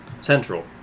central